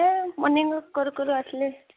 ହେ morning walk କରୁ କରୁ ଆସିଲି